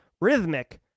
rhythmic